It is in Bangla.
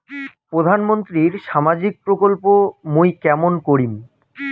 প্রধান মন্ত্রীর সামাজিক প্রকল্প মুই কেমন করিম?